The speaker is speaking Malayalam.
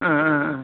ആ ആ ആ